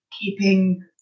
keeping